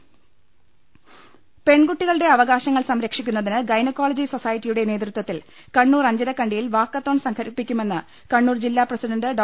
കൃകൃകൃകൃകൃകൃ പെൺകുട്ടികളുടെ അവകാശങ്ങൾ സംരക്ഷിക്കുന്ന തിന് ഗൈനക്കോളജി സൊസൈറ്റിയുടെ നേതൃത്വത്തിൽ കണ്ണൂർ അഞ്ചരക്കണ്ടിയിൽ വാക്കത്തോൺ സംഘടിപ്പി ക്കുമെന്ന് കണ്ണൂർ ജില്ലാപ്രസിഡണ്ട് ഡോ